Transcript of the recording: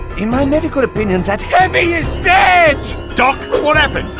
in my medical opinion, that heavy is dead! doc, what happened?